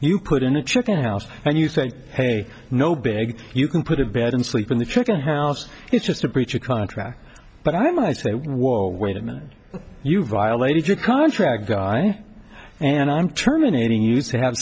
you put in a chicken house and you say hey no big you can put a bed and sleep in the chicken house it's just a breach of contract but i might say whoa wait a minute you violated your contract guy and i'm terminating